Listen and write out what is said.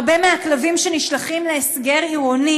הרבה מהכלבים שנשלחים להסגר עירוני